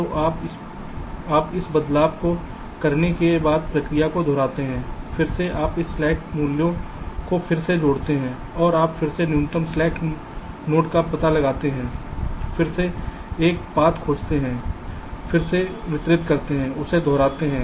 तो आप इस बदलाव को करने के बाद प्रक्रिया को दोहराते हैं फिर से आप इस स्लैक मूल्यों को फिर से जोड़ते हैं और आप फिर से न्यूनतम स्लैक नोड का पता लगाते हैं फिर से एक रास्ता खोजते हैं फिर से वितरित करते हैं इसे दोहराते हैं